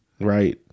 Right